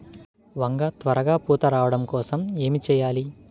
వంగ త్వరగా పూత రావడం కోసం ఏమి చెయ్యాలి?